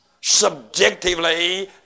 subjectively